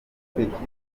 gutekereza